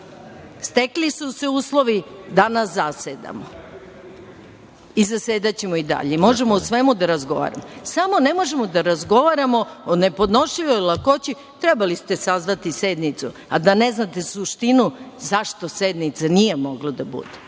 su se uslovi i danas zasedamo i zasedaćemo i dalje i možemo o svemu da razgovaramo. Samo ne možemo da razgovaramo o nepodnošljivoj lakoći – trebali ste sazvati sednicu, a da ne znate suštinu zašto sednice nije moglo da bude.